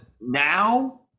now